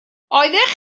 oeddech